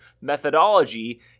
methodology